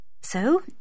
So